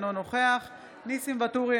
אינו נוכח ניסים ואטורי,